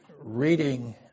reading